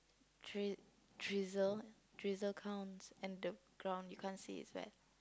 dri~ drizzle drizzle counts and the ground you can't see it's wet